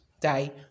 day